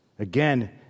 Again